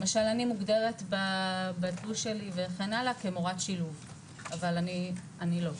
למשל אני מוגדרת בתלוש שלי וכן הלאה כמורת שילוב אבל אני לא.